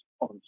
on